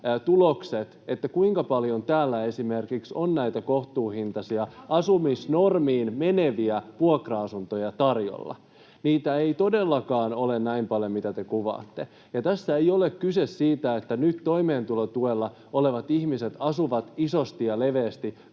kuinka paljon täällä esimerkiksi on näitä kohtuuhintaisia asumisnormiin meneviä vuokra-asuntoja tarjolla. Niitä ei todellakaan ole näin paljon, mitä te kuvaatte. Ja tässä ei ole kyse siitä, että nyt toimeentulotuella olevat ihmiset asuvat isosti ja leveästi